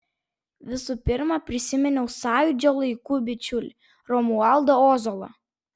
visų pirma prisiminiau sąjūdžio laikų bičiulį romualdą ozolą